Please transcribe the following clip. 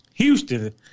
Houston